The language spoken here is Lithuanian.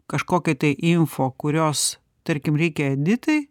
kažkokį tai info kurios tarkim reikia editai